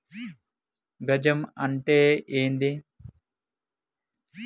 గజం అంటే ఏంది?